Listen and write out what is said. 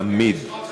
תמיד.